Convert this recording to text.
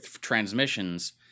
transmissions